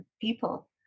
people